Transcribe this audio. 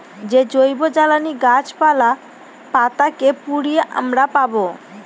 যে জৈবজ্বালানী গাছপালা, পাতা কে পুড়িয়ে আমরা পাবো